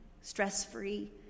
stress-free